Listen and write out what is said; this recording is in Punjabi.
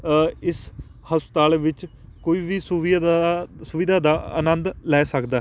ਇਸ ਹਸਪਤਾਲ ਵਿੱਚ ਕੋਈ ਵੀ ਸੁਵਿਧਾ ਸੁਵਿਧਾ ਦਾ ਆਨੰਦ ਲੈ ਸਕਦਾ